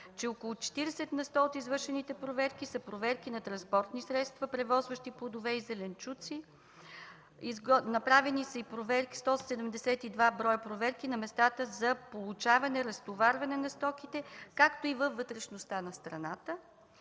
че около 40 на сто от извършените проверки са проверки на транспортни средства, превозващи плодове и зеленчуци. Направени са и 172 броя проверки на местата за получаване и разтоварване на стоките, както и във вътрешността на страната.